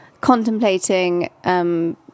contemplating